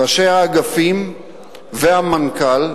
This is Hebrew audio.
ראשי האגפים והמנכ"ל,